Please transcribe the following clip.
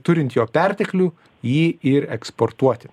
turint jo perteklių jį ir eksportuoti